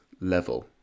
level